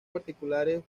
particulares